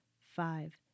five